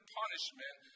punishment